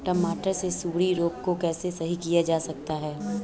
टमाटर से सुंडी रोग को कैसे सही किया जा सकता है?